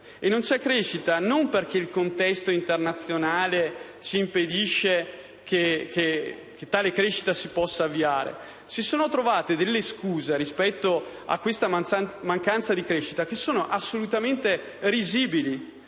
non c'è crescita ed è così non perché il contesto internazionale ci impedisce che tale crescita si possa avviare. Si sono trovate delle scuse rispetto a questa mancanza di crescita che sono assolutamente risibili.